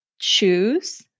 choose